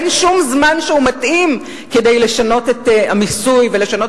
אין שום זמן שהוא מתאים כדי לשנות את המיסוי ולשנות